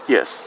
Yes